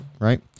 right